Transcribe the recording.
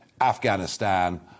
Afghanistan